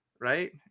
right